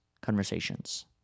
conversations